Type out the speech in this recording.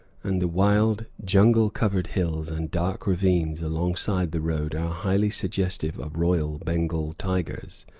and the wild, jungle-covered hills and dark ravines alongside the road are highly suggestive of royal bengal tigers.